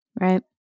Right